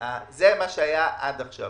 זה מה שהיה עד עכשיו.